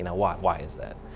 know, why why is that?